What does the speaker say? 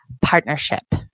partnership